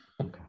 Okay